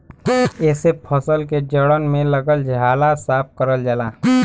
एसे फसल के जड़न में लगल झाला साफ करल जाला